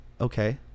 okay